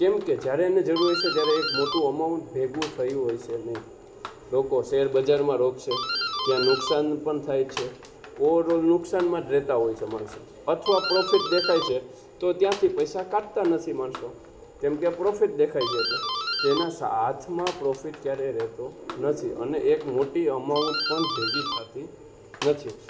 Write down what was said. કેમકે જ્યારે એને જરૂર હશે ત્યારે એક મોટું અમાઉન્ટ ભેગું થયું હશે નહીં લોકો શેરબજારમાં રોકશે ત્યાં નુકસાન પણ થાય છે ઓવરઓલ નુકસાનમાં જ રહેતા હોય છે માણસો અથવા પ્રોફિટ દેખાય છે તો ત્યાંથી પૈસા કાઢતા નથી માણસો કેમ કે પ્રોફિટ દેખાય છે એટલે તેના હાથમાં પ્રોફિટ ક્યારે રહેતો નથી અને એક મોટી અમાઉન્ટ પણ ભેગી થતી નથી